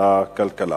תוסיף את קולי.